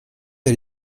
t’a